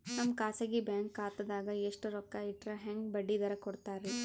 ನಮ್ಮ ಖಾಸಗಿ ಬ್ಯಾಂಕ್ ಖಾತಾದಾಗ ಎಷ್ಟ ರೊಕ್ಕ ಇಟ್ಟರ ಹೆಂಗ ಬಡ್ಡಿ ದರ ಕೂಡತಾರಿ?